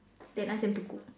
then ask them to cook